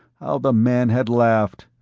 how the man had laughed.